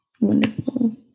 Wonderful